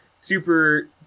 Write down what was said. Super